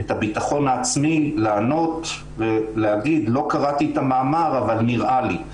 וזה הביטחון העצמי לענות ולהגיד "לא קראתי את המאמר אבל נראה לי",